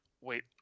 wait